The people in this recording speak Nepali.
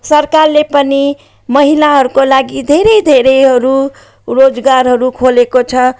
सरकारले पनि महिलाहरूको लागि धेरै धेरैहरू रोजगारहरू खोलेको छ